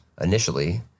initially